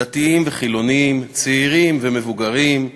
דתיים וחילונים, צעירים ומבוגרים,